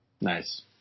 Nice